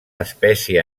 espècie